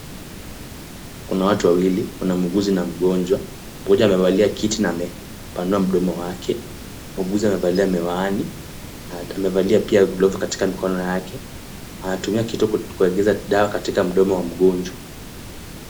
Kuna watu wawili, kuna muuguzi na mgonjwa. Mgonjwa amekalia kiti na amepanua mdomo wake. Muuguzi amevalia miwani, amevalia pia glovu katika mikono yake. Anatumia kitu kuegeza dawa katika mdomo wa mgonjwa.